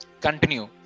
continue